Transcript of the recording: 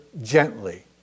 gently